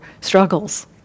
struggles